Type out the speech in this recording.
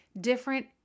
different